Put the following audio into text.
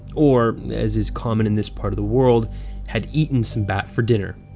or as is common in this part of the world had eaten some bat for dinner.